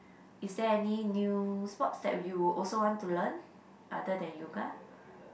is there any new sports that you also want to learn other than yoga